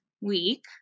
week